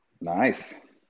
Nice